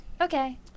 Okay